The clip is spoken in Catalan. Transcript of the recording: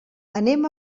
anem